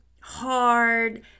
hard